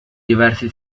diversi